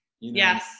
yes